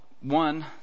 one